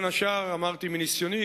בין השאר מניסיוני,